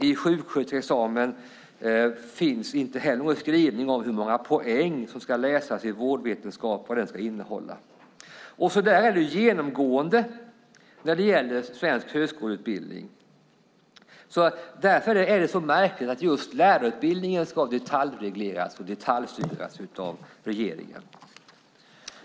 I sjuksköterskeexamen finns inte heller någon skrivning om hur många poäng som ska läsas i vårdvetenskap eller vad den ska innehålla. Så är det genomgående när det gäller svensk högskoleutbildning. Därför är det så märkligt att just lärarutbildningen ska detaljregleras och detaljstyras av regeringen.